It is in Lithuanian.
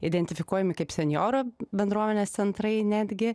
identifikuojami kaip senjorų bendruomenės centrai netgi